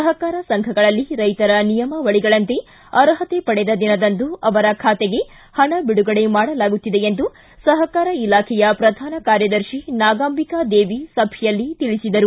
ಸಹಕಾರ ಸಂಘಗಳಲ್ಲಿ ರೈತರ ನಿಯಮಾವಳಗಳಂತೆ ಅರ್ಹತೆ ಪಡೆದ ದಿನದಂದು ಅವರ ಖಾತೆಗೆ ಹಣ ಬಿಡುಗಡೆ ಮಾಡಲಾಗುತ್ತಿದೆ ಎಂದು ಸಹಕಾರ ಇಲಾಖೆಯ ಪ್ರಧಾನ ಕಾರ್ಯದರ್ಶಿ ನಾಗಾಂಬಿಕಾ ದೇವಿ ಸಭೆಯಲ್ಲಿ ತಿಳಿಸಿದರು